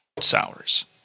sours